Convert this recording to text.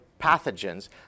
pathogens